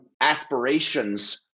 aspirations